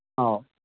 ꯑꯧ